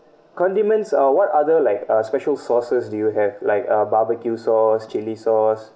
condiments uh what other like uh special sauces do you have like uh barbecue sauce chili sauce